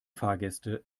fahrgäste